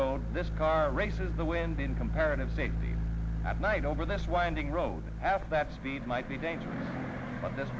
road this car races the wind in comparative safety at night over this winding road after that speed might be dangerous